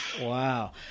Wow